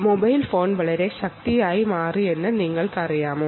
mobile phone വളരെ power ഫുള്ളായി മാറി കഴിഞ്ഞിരിക്കുന്നു